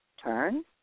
Turn